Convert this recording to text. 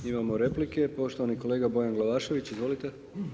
Imamo replike, poštovani kolega Bojan Glavašević, izvolite.